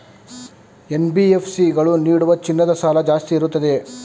NBFC ಗಳು ನೀಡುವ ಚಿನ್ನದ ಸಾಲ ಜಾಸ್ತಿ ಇರುತ್ತದೆಯೇ?